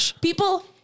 people